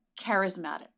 charismatic